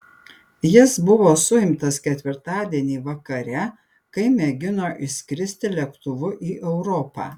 jis buvo suimtas ketvirtadienį vakare kai mėgino išskristi lėktuvu į europą